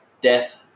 Death